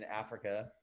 Africa